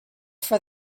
for